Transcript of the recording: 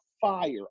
fire